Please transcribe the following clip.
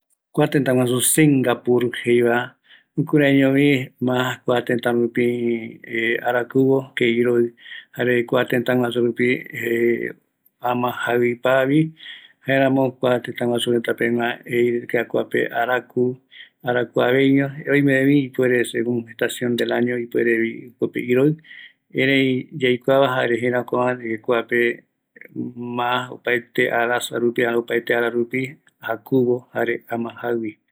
Kua tëtä guaju Singapur jeeva, jukuraiñovi, mas kua tëtärupi arakuvo que iroï jare kua tëtä guaju rupi ama jaïvi paavi, jaeramo kua tëtä guaju pegua reta jeivi, kuape araku, arakuaveiño oimevi segun estacion del año ipuerevi jokope iroï, erei yaikuava jare jëräkuava kuape mas opaete arasa rupi jakuvo, jare ama jaïvi.